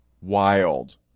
wild